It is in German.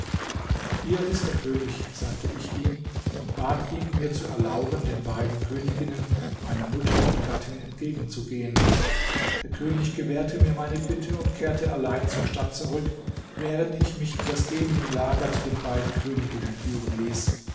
hier ist der könig sagte ich ihm und bat ihn mir zu erlauben den beiden königinnen meiner mutter und gattin entgegenzugehen der könig gewährte mir meine bitte und kehrte allein zur stadt zurück während ich mich in das genienlager zu den beiden königinnen führen ließ